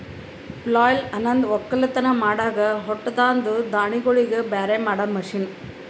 ಪ್ಲಾಯ್ಲ್ ಅನಂದ್ ಒಕ್ಕಲತನ್ ಮಾಡಾಗ ಹೊಟ್ಟದಾಂದ ದಾಣಿಗೋಳಿಗ್ ಬ್ಯಾರೆ ಮಾಡಾ ಮಷೀನ್